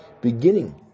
beginning